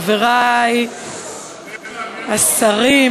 חברי השרים,